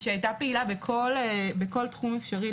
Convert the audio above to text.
שהיתה פעילה בכל תחום אפשרי,